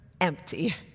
empty